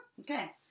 Okay